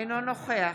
אינו נוכח